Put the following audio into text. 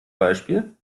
beispiel